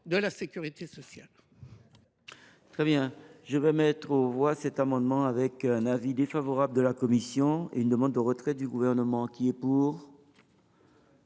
de la sécurité sociale